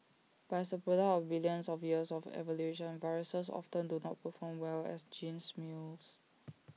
but as the product of billions of years of evolution viruses often do not perform well as gene mules